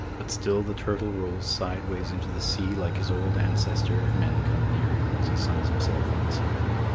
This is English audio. but still the turtle rolls sideways into the sea like his old ancestor if men come near him as he suns himself on the sand.